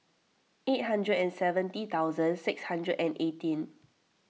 eight hundred and seventy thousand six hundred and eighteen